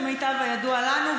כמיטב הידוע לנו.